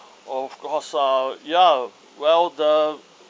of course ah ya well the